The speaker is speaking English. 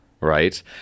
right